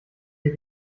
ihr